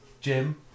Jim